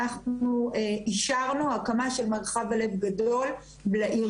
אנחנו אישרנו הקמה של מרחב הלב גדול לעיר